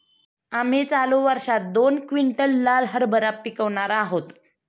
आम्ही चालू वर्षात दोन क्विंटल लाल हरभरा पिकावणार आहोत